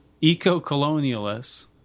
Eco-colonialists